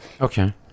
Okay